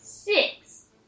Six